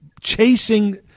chasing